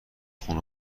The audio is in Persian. خون